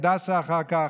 הדסה אחר כך.